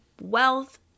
wealth